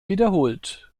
wiederholt